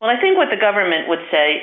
well i think what the government would say